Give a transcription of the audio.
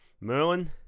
Merlin